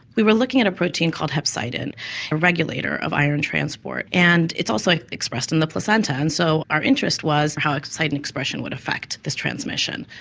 we were looking at a protein called hepcidin, a regulator of iron transport, and it's also expressed in the placenta. and so our interest was how hepcidin and expression would affect this transmission,